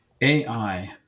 AI